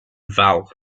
val